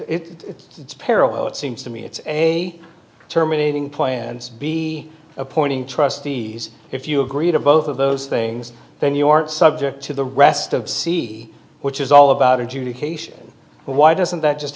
its parallel it seems to me it's a terminating point and be appointing trustees if you agree to both of those things then you aren't subject to the rest of c which is all about education why doesn't that just